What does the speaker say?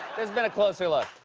has been a closer look.